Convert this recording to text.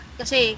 kasi